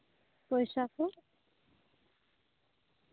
ᱯᱚᱭᱥᱟ ᱠᱚ